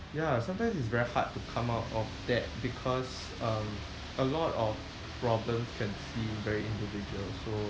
ya sometimes it's very hard to come out of that because um a lot of problems can seem very individual so